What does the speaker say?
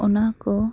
ᱚᱱᱟ ᱠᱚ